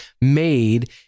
made